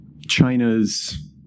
China's